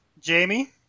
Jamie